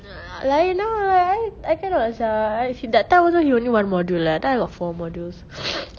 i~ lain ah lain I cannot sia like he that time he also he only one module lah then I got four modules